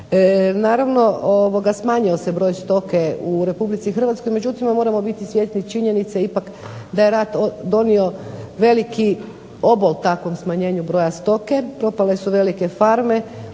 Naravno, smanjio se broj stoke u Republici Hrvatskoj. Međutim, moramo biti svjesni i činjenice ipak da je rat donio veliki obol takvom smanjenju broja stoke. Propale su velike farme,